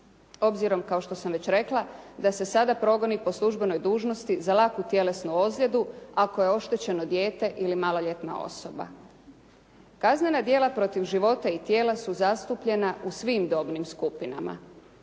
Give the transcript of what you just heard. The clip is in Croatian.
obzirom kao što sam već rekla da se sada progoni po službenoj dužnosti za laku tjelesnu ozljedu, ako je oštećeno dijete ili maloljetna osoba. Kaznena djela protiv života i tijela su zastupljena u svim dobnim skupinama.